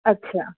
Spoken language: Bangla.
আচ্ছা